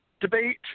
debate